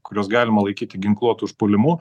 kuriuos galima laikyti ginkluotu užpuolimu